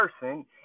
person